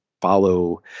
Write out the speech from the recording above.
follow